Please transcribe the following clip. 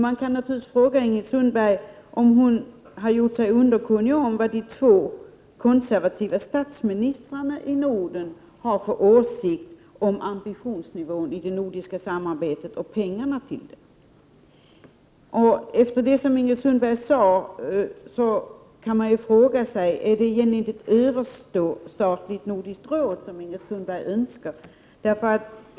Man kan fråga Ingrid Sundberg om hon har gjort sig underkunnig om vad de två konservativa statsministrarna i Norden har för åsikt om ambitionsnivån i det nordiska samarbetet och pengarna till det. Efter att ha hört Ingrid Sundberg kan man fråga sig om det är ett överstatligt nordiskt råd som Ingrid Sundberg önskar.